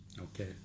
Okay